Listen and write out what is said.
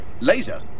Laser